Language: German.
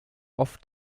oft